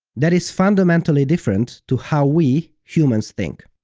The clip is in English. that is fundamentally different to how we, humans think.